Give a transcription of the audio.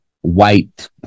white